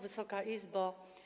Wysoka Izbo!